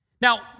Now